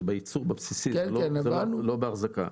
זה בייצור, בבסיסי, לא באחזקה.